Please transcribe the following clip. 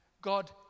God